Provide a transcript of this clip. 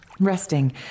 Resting